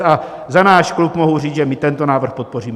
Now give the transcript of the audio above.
A za náš klub mohu říct, že my tento návrh podpoříme.